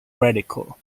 radical